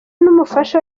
n’umufasha